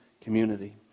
community